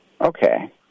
Okay